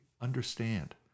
understand